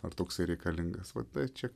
ar toksai reikalingas va tai čia